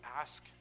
ask